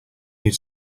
need